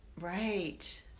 Right